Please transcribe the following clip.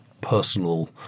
personal